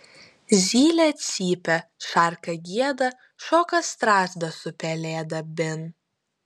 zylė cypia šarka gieda šoka strazdas su pelėda bin